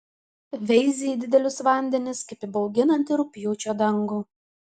veizi į didelius vandenis kaip į bauginantį rugpjūčio dangų